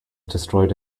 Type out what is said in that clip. destroyed